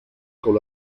con